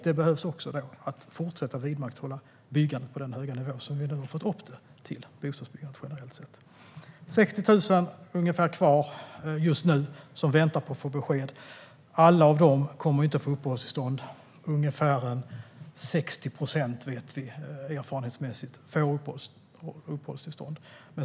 Vi behöver också fortsätta att vidmakthålla byggandet på den höga nivå som vi har fått upp bostadsbyggandet på generellt sett. Just nu är det 60 000 personer kvar som väntar på besked. Alla kommer ju inte att få uppehållstillstånd. Erfarenhetsmässigt vet vi att ungefär 60 procent får uppehållstillstånd.